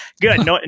good